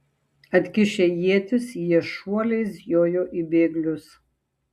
atkišę ietis jie šuoliais jojo į bėglius